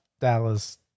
Dallas